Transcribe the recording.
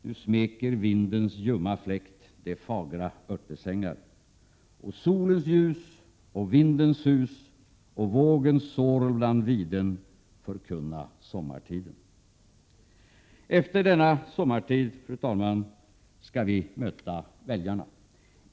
Nu smeker vindens ljumma fläkt de fagra örtesängar, och solens ljus och vindens sus och vågens sorl bland viden förkunna sommartiden. Efter denna sommartid, fru talman, skall vi möta väljarna.